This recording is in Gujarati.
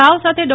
રાવ સાથે ડો